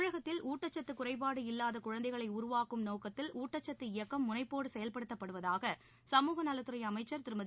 தமிழகத்தில் ஊட்டச்சத்து குறைபாடு இல்லாத குழந்தைகளை உருவாக்கும் நோக்கத்தில் ஊட்டச்சத்து முனைப்போடு செயல்படுத்தப்படுவதாக சமூகநலத்துறை அமைச்சர் இயக்கம் திருமதி